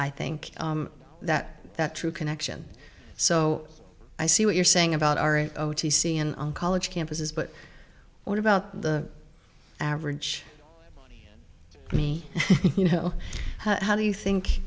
i think that that true connection so i see what you're saying about our o t c and on college campuses but what about the average me you know how do you think